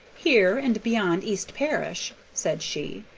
here and beyond east parish, said she.